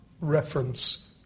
reference